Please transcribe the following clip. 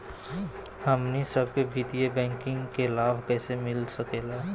हमनी सबके वित्तीय बैंकिंग के लाभ कैसे मिलता सके ला?